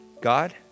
God